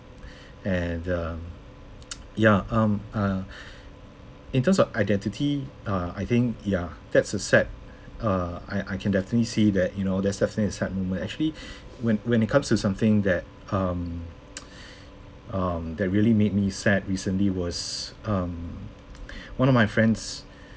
and the ya um uh in terms of identity uh I think ya that's a sad uh I I can definitely see that you know that's definitely a sad moment actually when when it comes to something that um um that really made me sad recently was um one of my friends